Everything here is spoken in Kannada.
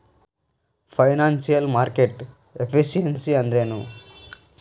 ಫೈನಾನ್ಸಿಯಲ್ ಮಾರ್ಕೆಟ್ ಎಫಿಸಿಯನ್ಸಿ ಅಂದ್ರೇನು?